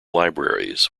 libraries